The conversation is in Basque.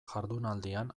jardunaldian